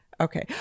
Okay